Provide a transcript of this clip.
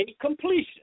completion